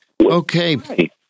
Okay